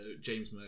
James